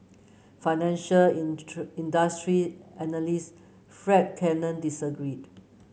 financial industry analyst Fred Cannon disagreed